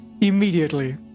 immediately